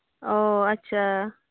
ᱚᱻ ᱟᱪᱪᱷᱟ